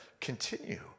continue